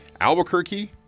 Albuquerque